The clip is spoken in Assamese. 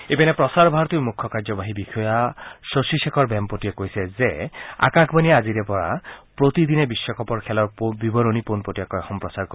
ইপিনে প্ৰচাৰ ভাৰতীৰ মুখ্য কাৰ্যবাহী বিষয়া শশী শেখৰ ভেমপতিয়ে কৈছে যে আকাশবাণীয়ে আজিৰ পৰা প্ৰতিদিনে বিশ্বকাপৰ খেলৰ বিৱৰণী পোনপটীয়াকৈ সম্প্ৰচাৰ কৰিব